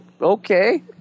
Okay